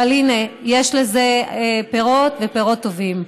אבל הינה, יש לזה פירות, ופירות טובים.